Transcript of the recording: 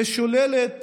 ושוללת